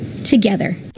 Together